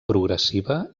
progressiva